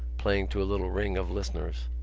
playing to a little ring of listeners.